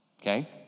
okay